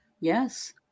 Yes